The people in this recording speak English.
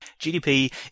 GDP